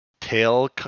tail